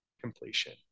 Completion